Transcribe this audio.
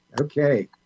Okay